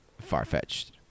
far-fetched